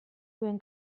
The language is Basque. duen